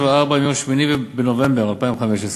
674 מיום 8 בנובמבר 2015,